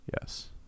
Yes